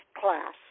class